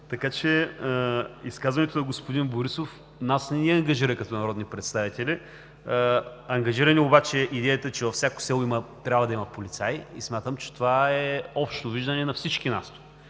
Така че изказването на господин Борисов нас не ни ангажира като народни представители, ангажира ни обаче идеята, че във всяко село трябва да има полицай и смятам, че това е общото виждане на всички нас